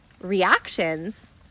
reactions